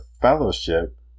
fellowship